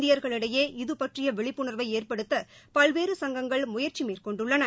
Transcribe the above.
இந்தியர்களிடையே இது பற்றிய விழிப்புணர்வை ஏற்படுத்த பல்வேறு சங்கங்கள் முயற்சி மேற்கொண்டுள்ளன